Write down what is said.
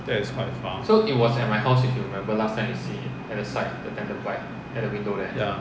that is quite far